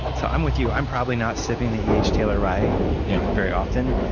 so i'm with you. i'm probably not sipping the e h. taylor rye very often,